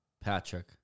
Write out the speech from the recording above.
Patrick